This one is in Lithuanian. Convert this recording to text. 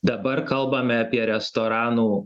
dabar kalbame apie restoranų